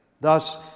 thus